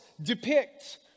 depict